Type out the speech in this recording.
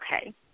Okay